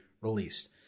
released